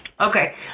Okay